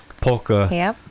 Polka